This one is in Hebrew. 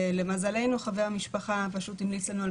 ולמזלנו חבר של המשפחה פשוט המליץ לנו על